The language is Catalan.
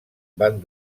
van